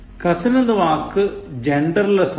cousin എന്ന വാക്ക് genderless ആണ്